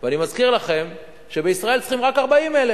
ואני מזכיר לכם שבישראל צריכים רק 40,000,